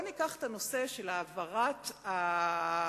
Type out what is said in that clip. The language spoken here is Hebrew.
ניקח את נושא העברת האחריות